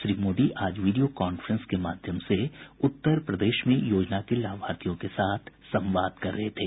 श्री मोदी आज video conference के माध्यम से उत्तर प्रदेश में योजना के लाभार्थियों के साथ संवाद कर रहे थे